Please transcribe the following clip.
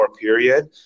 period